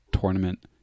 tournament